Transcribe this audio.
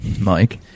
Mike